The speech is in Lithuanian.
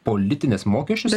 politinės mokesčius